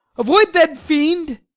avoid then, fiend!